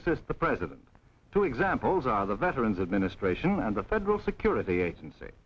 assist the president to examples of the veterans administration and the federal security agency